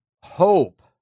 hope